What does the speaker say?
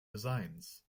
designs